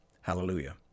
Hallelujah